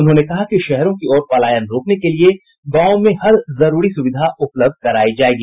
उन्होंने कहा कि शहरों की ओर पलायन रोकने के लिए गांवों में हर जरूरी सुविधा उपलब्ध करायी जायेगी